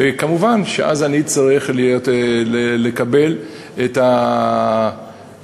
ומובן שאז אני אצטרך לקבל את ההחלטה,